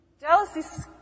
Jealousy